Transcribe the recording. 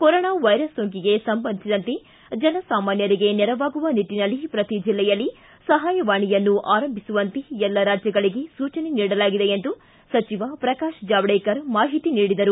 corona virus ಸೋಂಕಿಗೆ ಸಂಬಂಧಿಸಿದಂತೆ ಜನಸಾಮಾನ್ವರಿಗೆ ನೆರವಾಗುವ ನಿಟ್ಟಿನಲ್ಲಿ ಪ್ರತಿ ಜಿಲ್ಲೆಯಲ್ಲಿ ಸಹಾಯವಾಣಿಯನ್ನು ಆರಂಭಿಸುವಂತೆ ಎಲ್ಲ ರಾಜ್ಯಗಳಿಗೆ ಸೂಚನೆ ನೀಡಲಾಗಿದೆ ಎಂದು ಸಚಿವ ಪ್ರಕಾತ್ ಜಾವಡೇಕರ್ ಮಾಹಿತಿ ನೀಡಿದರು